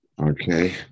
okay